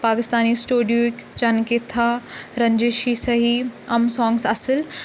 پاکِستانی سٹوڈیوِک چَن کِتھا رنجِش ہی صحیح أمۍ سانگٕس اَصٕل